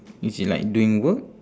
is it like doing work